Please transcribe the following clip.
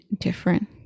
different